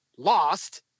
Lost